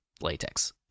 latex